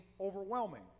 overwhelming